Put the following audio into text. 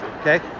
Okay